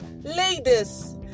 Ladies